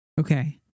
Okay